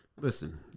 listen